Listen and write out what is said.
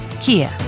Kia